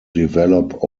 develop